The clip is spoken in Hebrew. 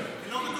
מה שתמיד היה.